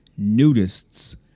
Nudists